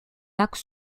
lacs